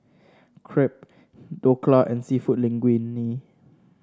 Crepe Dhokla and seafood Linguine